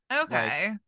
Okay